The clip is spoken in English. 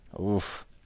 Oof